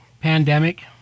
pandemic